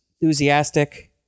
enthusiastic